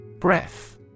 Breath